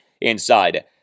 inside